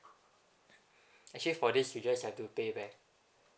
actually for this you just have to pay back